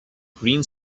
green